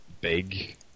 big